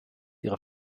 ihre